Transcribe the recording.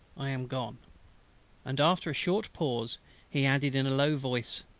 i am gone and after a short pause he added in a low voice,